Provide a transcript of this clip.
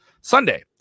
Sunday